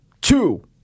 Two